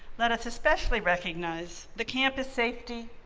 let us especially recognize the campus safety,